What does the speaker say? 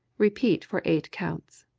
repeat for eight counts.